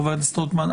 חבר הכנסת רוטמן,